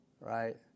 right